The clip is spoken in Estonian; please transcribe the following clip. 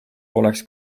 poleks